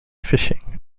fishing